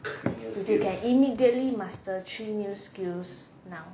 you can immediately master three new skills now